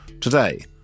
Today